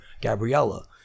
Gabriella